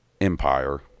empire